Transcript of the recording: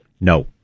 No